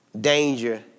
danger